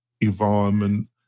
environment